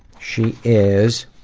she is.